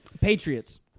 Patriots